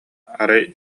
арай